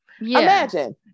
imagine